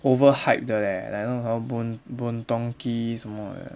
overhype 的 leh like 那种什么 boon boon tong kee 什么的